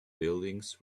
buildings